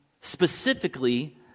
specifically